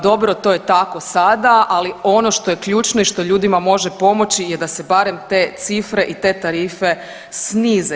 Dobro to je tako sada, ali ono što je ključno i što ljudima može pomoći je da se barem te cifre i te tarife snize.